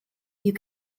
you